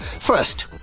First